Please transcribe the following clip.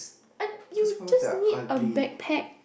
and you just need a bag pack